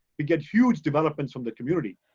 we get huge developments from the community.